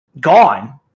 gone